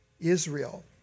Israel